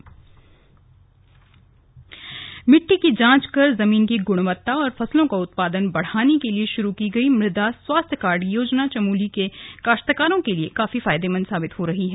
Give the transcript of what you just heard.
slug मुदा स्वास्थ्य योजना मिट्टी की जांच कर जमीन की गुणवत्ता और फसलों का उत्पादन बढ़ाने के लिए शुरू की गई मृदा स्वास्थ्य कार्ड योजना चमोली के काश्तकारों के लिए काफी फायदेमंद साबित हो रही है